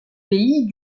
pays